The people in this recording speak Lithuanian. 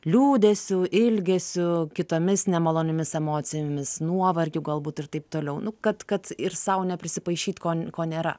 liūdesiu ilgesiu kitomis nemaloniomis emocijomis nuovargiu galbūt ir taip toliau nu kad kad ir sau neprisipaišit ko ko nėra